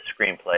screenplay